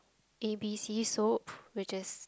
A B C soup which is